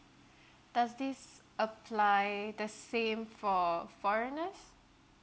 does this apply the same for foreigners